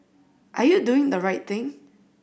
are you doing the right thing